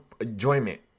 enjoyment